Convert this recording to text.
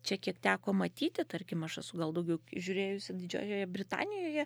čia kiek teko matyti tarkim aš esu gal daugiau žiūrėjusi didžiojoje britanijoje